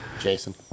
Jason